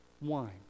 wine